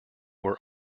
were